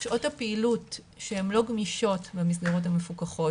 שעות הפעילות שהן לא גמישות במסגרות המפוקחות.